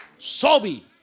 Sobi